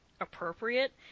appropriate